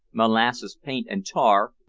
molasses, paint, and tar,